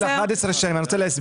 אני רוצה להסביר.